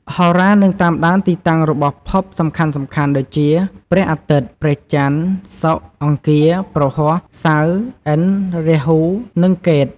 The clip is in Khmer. ហោរានឹងតាមដានទីតាំងរបស់ភពសំខាន់ៗដូចជា ព្រះអាទិត្យ ព្រះច័ន្ទ សុក្រ អង្គារ ព្រហស្បតិ៍ សៅរ៍ ឥន្ទ្រ រាហ៊ូ និងកេតុ។